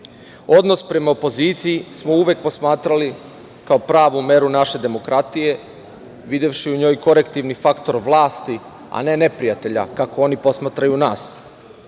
Odnos prema opoziciji smo uvek posmatrali kao pravu meru naše demokratije videvši u njoj korektivni faktor vlasti, a ne neprijatelja kako oni posmatraju nas.